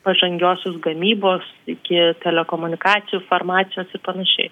pažangiosios gamybos iki telekomunikacijų farmacijos ir panašiai